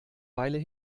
weile